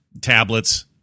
tablets